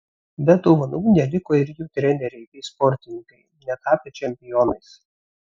be dovanų neliko ir jų treneriai bei sportininkai netapę čempionais